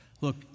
Look